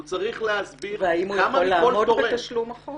הוא צריך להסביר כמה מכל תורם --- והאם הוא יוכל לעמוד בתשלום החוב,